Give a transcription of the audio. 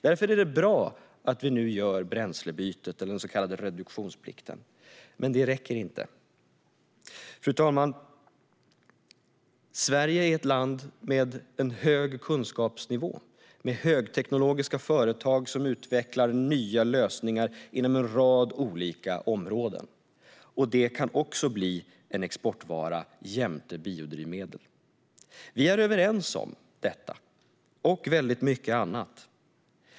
Därför är det bra att vi nu genomför bränslebytet eller den så kallade reduktionsplikten, men det räcker inte. Fru talman! Sverige är ett land med hög kunskapsnivå och med högteknologiska företag som utvecklar nya lösningar inom en rad olika områden. Det kan också bli en exportvara, jämte biodrivmedel. Vi är överens om detta och väldigt mycket annat.